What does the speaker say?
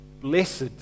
blessed